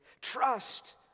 Trust